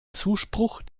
zuspruch